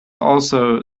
also